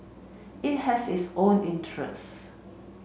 it has its own interest